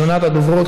מס' 10812,